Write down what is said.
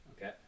okay